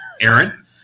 Aaron